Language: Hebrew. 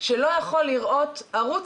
אני לא מזלזלת בכוחו של